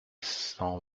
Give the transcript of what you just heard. cent